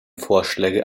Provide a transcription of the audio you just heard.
vorschläge